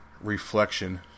reflection